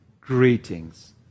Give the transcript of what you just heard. Greetings